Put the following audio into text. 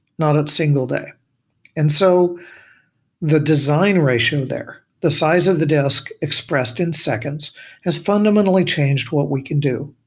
not a single day and so the design ratio there, the size of the disk expressed in seconds has fundamentally changed what we can do.